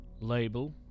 label